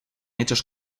hechos